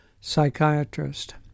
Psychiatrist